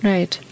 Right